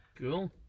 Cool